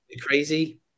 crazy